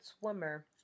swimmer